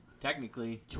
Technically